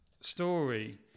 story